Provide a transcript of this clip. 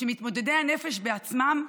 שמתמודדי הנפש בעצמם,